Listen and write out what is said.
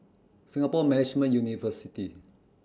Singapore Management University